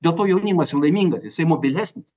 dėl to jaunimas ir laimingas jisai mobilesnis